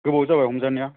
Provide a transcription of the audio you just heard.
गोबाव जाबाय हमजानाया